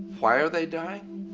why are they dying?